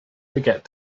forget